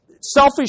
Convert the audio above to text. selfish